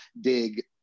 dig